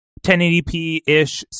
1080p-ish